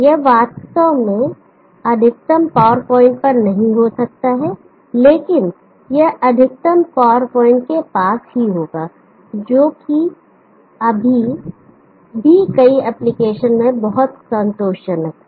यह वास्तव में अधिकतम पावर पॉइंट पर नहीं हो सकता है लेकिन यह अधिकतम पावर पॉइंट के पास होगा जो कि अभी भी कई एप्लीकेशन में बहुत संतोषजनक है